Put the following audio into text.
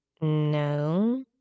no